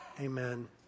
amen